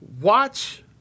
Watch